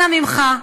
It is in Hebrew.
אנא ממך,